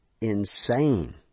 insane